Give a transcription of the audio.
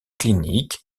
cliniques